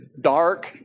dark